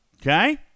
Okay